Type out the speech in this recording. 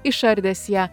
išardęs ją